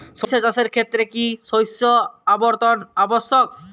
সরিষা চাষের ক্ষেত্রে কি শস্য আবর্তন আবশ্যক?